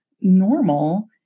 normal